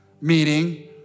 meeting